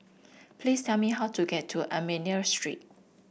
please tell me how to get to Armenian Street